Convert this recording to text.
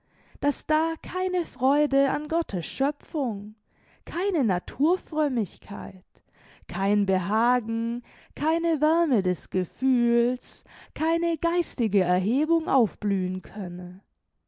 daß da keine freude an gottes schöpfung keine naturfrömmigkeit kein behagen keine wärme des gefühls keine geistige erhebung aufblühen könne